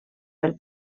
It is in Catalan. pel